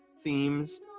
themes